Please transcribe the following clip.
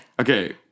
Okay